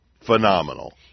phenomenal